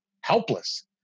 helpless